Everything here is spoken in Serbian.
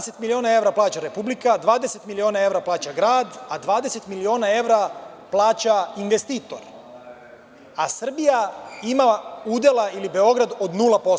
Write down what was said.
Dvadeset miliona evra plaća Republika, a 20 miliona evra plaća grad, a 20 miliona evra plaća investitor, a Srbija ima udela, ili Beograd, od 0%